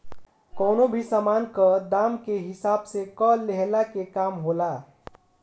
कवनो भी सामान कअ दाम के हिसाब से कर लेहला के काम होला